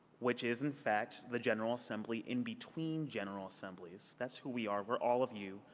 which is, in fact, the general assembly in between general assemblies, that's who we are, we're all of you,